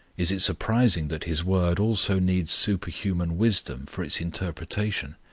is it surprising that his word also needs superhuman wisdom for its interpretation?